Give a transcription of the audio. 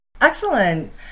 excellent